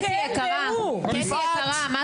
קריירה שלמה.